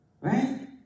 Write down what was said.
Right